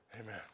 Amen